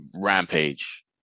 rampage